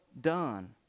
done